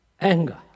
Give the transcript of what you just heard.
anger